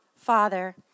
Father